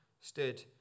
stood